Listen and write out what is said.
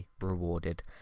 rewarded